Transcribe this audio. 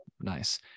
Nice